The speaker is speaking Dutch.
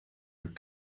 een